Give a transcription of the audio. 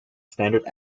standard